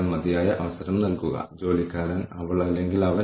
ഇതിന്റെ അടിസ്ഥാനത്തിൽ നമ്മൾ അവർക്ക് എത്ര പണം നൽകുന്നു